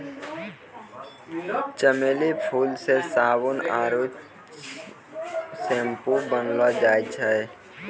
चमेली फूल से साबुन आरु सैम्पू बनैलो जाय छै